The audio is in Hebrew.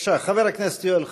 בבקשה, חבר הכנסת יואל חסון,